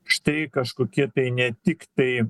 štai kažkokie tai ne tiktai